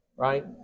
Right